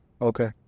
Okay